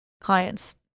clients